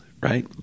right